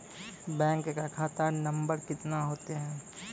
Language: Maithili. बैंक का खाता नम्बर कितने होते हैं?